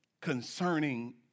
concerning